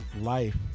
life